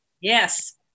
Yes